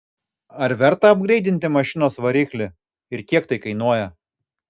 ar verta apgreidinti mašinos variklį ir kiek tai kainuoja